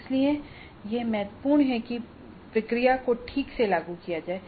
इसलिए यह महत्वपूर्ण है कि प्रक्रिया को ठीक से लागू किया जाए